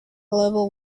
global